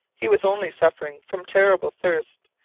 he was only suffering from terrible thirst,